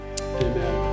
amen